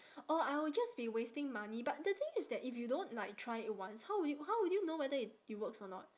oh I will just be wasting money but the thing is that if you don't like try it once how would you how would you know whether it it works or not